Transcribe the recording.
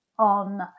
on